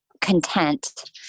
content